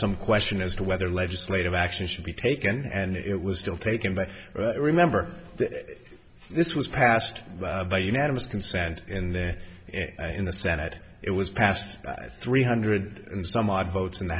some question as to whether legislative action should be taken and it was still taken but remember that this was passed by unanimous consent in there in the senate it was passed by three hundred and some odd votes in the